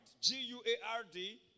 G-U-A-R-D